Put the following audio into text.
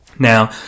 Now